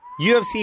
UFC